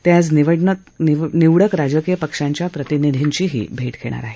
ते आज निवडक राजकीय पक्षांच्या प्रतिनिधींची भेटही घेणार आहेत